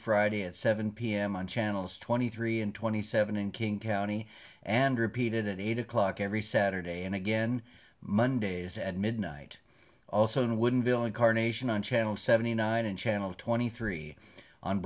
friday at seven pm on channels twenty three and twenty seven in king county and repeated at eight o'clock every saturday and again mondays at midnight also on wooden villain carnation on channel seventy nine and channel twenty three on